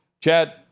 Chad